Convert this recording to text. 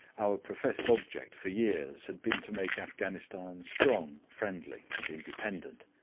our professed object for years had been to make afghanistan strong, friendly, and independent.